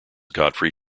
godfrey